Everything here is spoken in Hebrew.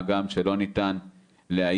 מה גם שלא ניתן לאיין,